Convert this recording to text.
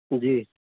جی